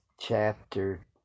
Chapter